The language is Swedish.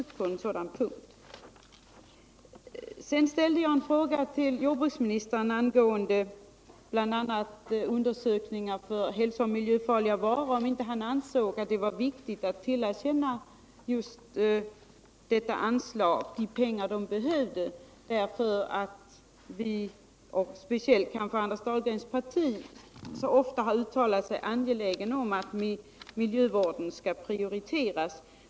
Beträffande undersökningar av hälsooch miljöfarliga varor ställde jag en fråga till jordbruksministern om han inte ansåg det viktigt att bevilja de pengar som behövdes på detta anslag, med tanke på att vi — och speciellt kanske Anders Dahlgrens parti — så ofta har talat om angelägenheten av att prioritera miljövården.